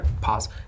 pause